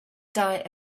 diet